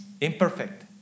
imperfect